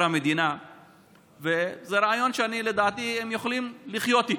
המדינה זה רעיון שלדעתי הם יכולים לחיות איתו.